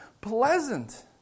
pleasant